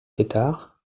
tetart